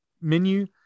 menu –